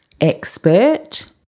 expert